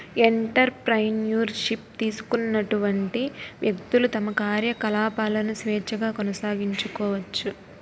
entrepreneur ship తీసుకున్నటువంటి వ్యక్తులు తమ కార్యకలాపాలను స్వేచ్ఛగా కొనసాగించుకోవచ్చు